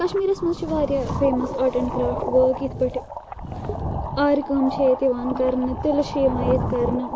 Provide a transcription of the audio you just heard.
کَشمیٖرَس منٛز چھِ واریاہ فیمَس آٹ اینٛڈ کرٛافٹ وٲک یِتھ پٲٹھۍ آرِ کٲم چھے ییٚتہِ یِوان کَرنہٕ تِلہٕ چھِ یِوان ییٚتہِ کَرنہٕ